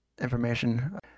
information